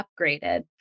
upgraded